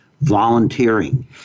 volunteering